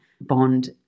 bond